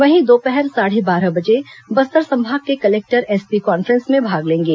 वहीं दोपहर साढ़े बारह बजे बस्तर संभाग के कलेक्टर एसपी कान्फ्रेंस में भाग लेंगे